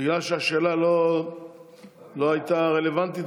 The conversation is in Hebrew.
בגלל שהשאלה לא הייתה רלוונטית,